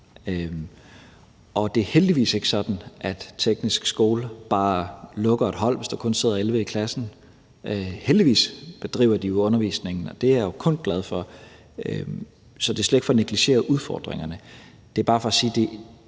det er heldigvis ikke sådan, at tekniske skoler bare lukker et hold, hvis der kun sidder 11 i klassen. Heldigvis driver de undervisningen, og det er jeg jo kun glad for. Så det er slet ikke for at negligere udfordringerne. Det er bare for at sige,